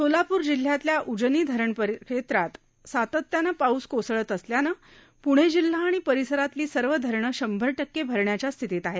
सोलापूर जिल्ह्यातल्या उजनी धरण क्षेत्रात सातत्यानं पाऊस कोसळत असल्यानं पूणे जिल्हा आणि परिसरातली सर्व धरण शंभर टक्के भरण्याच्या स्थितीत आहेत